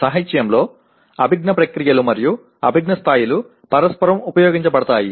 సాహిత్యంలో అభిజ్ఞా ప్రక్రియలు మరియు అభిజ్ఞా స్థాయిలు పరస్పరం ఉపయోగించబడతాయి